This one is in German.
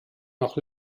noch